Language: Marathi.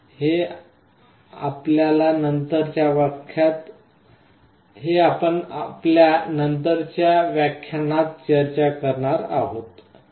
हे आपण आपल्या नंतरच्या व्याख्यानात चर्चा करणार आहोत